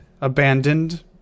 abandoned